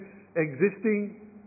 existing